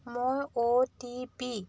মই অ'টিপি